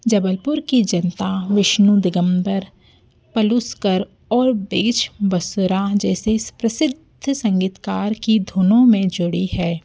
जबलपुर के जनता विष्णु दिगम्बर पलुस्कर और बेइछ बसरा जैसे प्रसिद्ध संगीतकार की धुनों में जुड़ी है